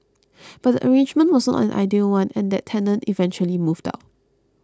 but the arrangement was not an ideal one and that tenant eventually moved out